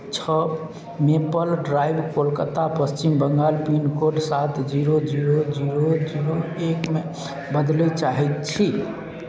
छओ Maple Drive Kolkata Paschim Bangal pin code सात zero zero zero zero एकमे बदलय चाहैत छी